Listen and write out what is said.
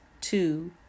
two